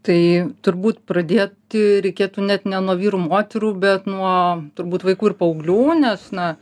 tai turbūt pradėti reikėtų net ne nuo vyrų moterų bet nuo turbūt vaikų ir paauglių nes na